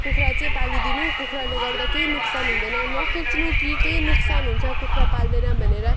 कुखुरा चाहिँ पालिदिनु कुखुराले गर्दा केही नोक्सान हुँदैन नसोच्नु कि केही नोक्सान हुन्छ कुखुरा पाल्दैन भनेर